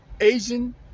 Asian